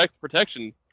protection